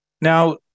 Now